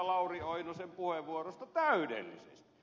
lauri oinosen puheenvuorosta täydellisesti